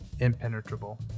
Impenetrable